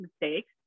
mistakes